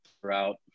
throughout